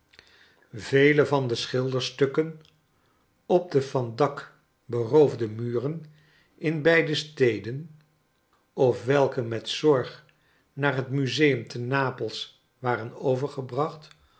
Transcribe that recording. yele van de schilderstukken op de van dak beroofde muren in beide steden of welke met zorg naar het museum te nap els